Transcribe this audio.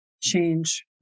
change